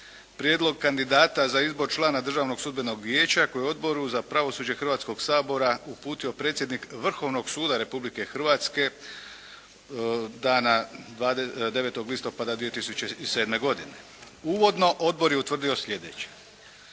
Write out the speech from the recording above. prijedlog kandidata za izbor člana Državnog sudbenog vijeća koje je Odboru za pravosuđe Hrvatskog sabora uputio predsjednik Vrhovnog suda Republike Hrvatske dana 9. listopada 2007. godine. Uvodno Odbor je utvrdio sljedeće: